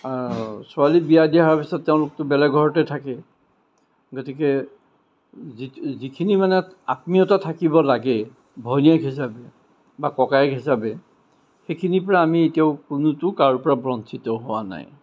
ছোৱালী বিয়া দিয়া হোৱাৰ পাছত তেওঁলোকতো বেলেগ ঘৰতে থাকে গতিকে যি যিখিনি মানে আত্মীয়তা থাকিব লাগে ভনীয়েক হিচাবে বা ককায়েক হিচাবে সেইখিনিৰ পৰা আমি এতিয়াও কোনোটো কাৰোপৰা বঞ্চিত হোৱা নাই